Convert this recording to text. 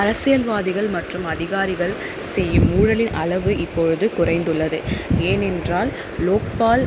அரசியல்வாதிகள் மற்றும் அதிகாரிகள் செய்யும் ஊழலின் அளவு இப்பொழுது குறைந்து உள்ளது ஏனென்றால் லோக்பால்